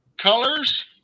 colors